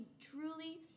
truly